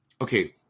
okay